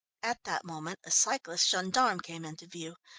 at that moment a cyclist gendarme came into view.